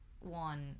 One